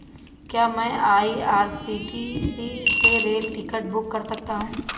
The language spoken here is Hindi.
क्या मैं आई.आर.सी.टी.सी से रेल टिकट बुक कर सकता हूँ?